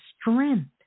strength